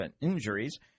injuries